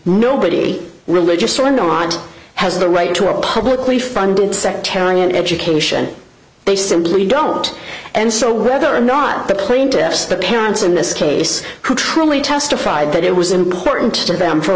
nobody religious or not has the right to a publicly funded sectarian education they simply don't and so whether or not the plaintiffs the parents in this case who truly testified that it was important to them for